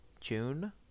June